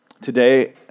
Today